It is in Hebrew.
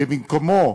ובמקומו,